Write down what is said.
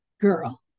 girl